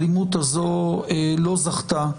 האלימות הזו לא זכתה,